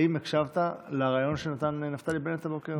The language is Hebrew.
האם הקשבת לריאיון שנתן נפתלי בנט הבוקר?